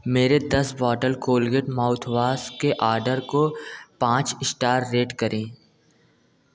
मेरे दस bottle Colgate mouthwash के आर्डर को पाँच स्टार रेट करें